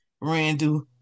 Randall